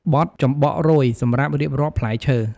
បទចំបក់រោយ សម្រាប់រៀបរាប់ផ្លែឈើ។